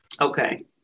okay